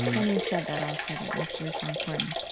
and you've said that, also, that mystery is so important.